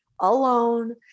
alone